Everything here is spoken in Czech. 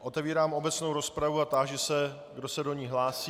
Otevírám obecnou rozpravu a táži se, kdo se do ní hlásí.